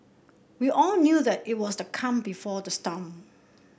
we all knew that it was the calm before the storm